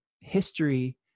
history